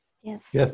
Yes